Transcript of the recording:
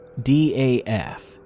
DAF